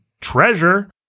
treasure